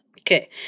Okay